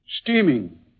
Steaming